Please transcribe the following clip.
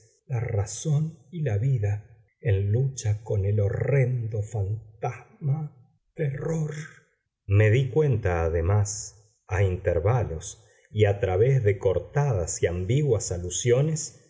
la razón y la vida en lucha con el horrendo fantasma terror me di cuenta además a intervalos y a través de cortadas y ambiguas alusiones